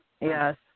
Yes